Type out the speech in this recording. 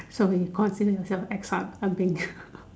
so you consider yourself extra something